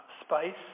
spice